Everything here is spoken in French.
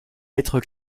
lettres